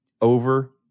over